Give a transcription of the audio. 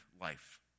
life